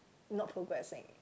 not progressing